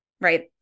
Right